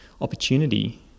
opportunity